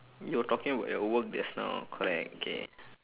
you were talking about your work just now correct okay